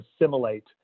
assimilate